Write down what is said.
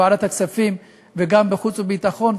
בוועדת הכספים וגם בוועדת החוץ והביטחון,